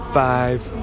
five